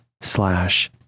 slash